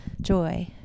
Joy